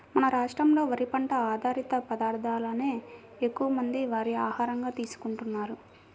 మన రాష్ట్రంలో వరి పంట ఆధారిత పదార్ధాలనే ఎక్కువమంది వారి ఆహారంగా తీసుకుంటున్నారు